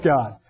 God